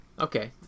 Okay